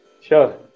Sure